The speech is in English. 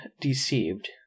deceived